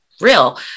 real